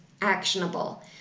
actionable